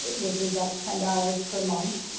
which is up ten dollars per month.